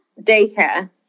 Daycare